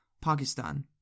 Pakistan